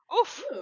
Oof